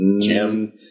Jim